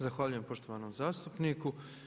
Zahvaljujem poštovanom zastupniku.